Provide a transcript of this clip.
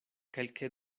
kelke